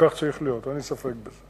וכך צריך להיות, אין לי ספק בזה.